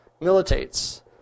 militates